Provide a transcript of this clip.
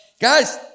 guys